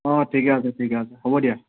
অঁ ঠিকে আছে ঠিকে আছে হ'ব দিয়া